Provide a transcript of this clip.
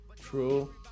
True